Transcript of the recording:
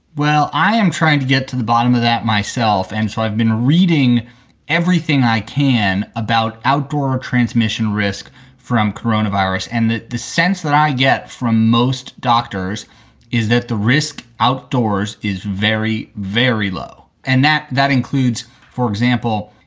well, i am trying to get to the bottom of that myself. and so i've been reading everything i can about outdoor transmission risk from corona virus. and the sense that i get from most doctors is that the risk outdoors is very, very low and that that includes, for example,